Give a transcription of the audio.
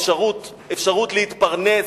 אפשרות להתפרנס,